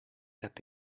apl